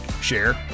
share